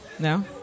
No